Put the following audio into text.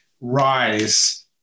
rise